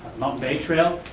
mount bay trail,